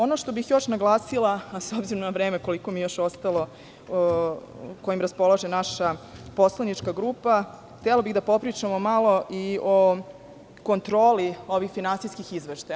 Ono što bih još naglasila, s obzirom na vreme, koliko mi je još ostalo, kojim raspolaže naša poslanička grupa, htela bih da popričamo malo i o kontroli ovih finansijskih izveštaja.